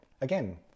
Again